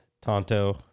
Tonto